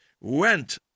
went